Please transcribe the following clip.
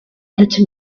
tomato